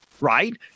right